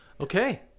Okay